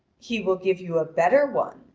he will give you a better one,